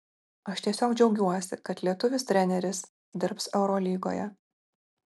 aš tiesiog džiaugiuosi kad lietuvis treneris dirbs eurolygoje